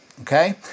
Okay